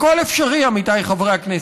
הכול אפשרי, עמיתיי חברי הכנסת.